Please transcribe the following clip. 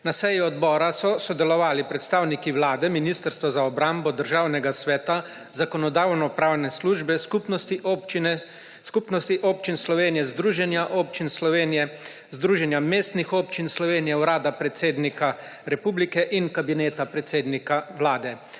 Na seji odbora so sodelovali predstavniki Vlade, Ministrstva za obrambo, Državnega sveta, Zakonodajno-pravne službe, Skupnosti občin Slovenije, Združenja občin Slovenije, Združenja mestnih občin Slovenije, Urada predsednika republike in Kabineta predsednika Vlade.